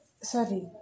sorry